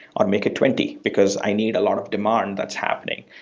or make it twenty, because i need a lot of demand that's happening.